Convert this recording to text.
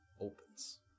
opens